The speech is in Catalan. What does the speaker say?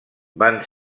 van